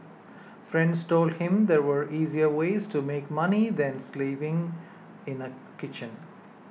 friends told him there were easier ways to make money than slaving in a kitchen